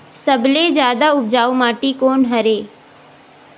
सबले जादा उपजाऊ माटी कोन हरे?